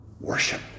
Worship